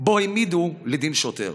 שבה העמידו לדין שוטר,